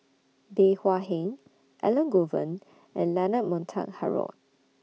Bey Hua Heng Elangovan and Leonard Montague Harrod